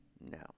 No